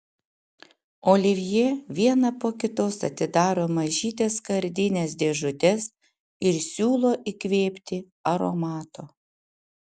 olivjė vieną po kitos atidaro mažytes skardines dėžutes ir siūlo įkvėpti aromato